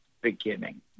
beginning